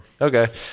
okay